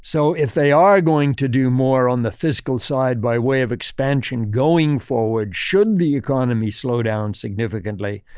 so, if they are going to do more on the fiscal side by way of expansion going forward, should the economy slow down significantly,